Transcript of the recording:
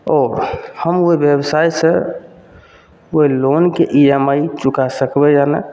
ओ हम ओहि बेवसाइसे ओहि लोनके ई एम आइ चुकै सकबै या नहि